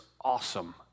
awesome